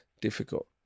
difficult